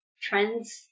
trends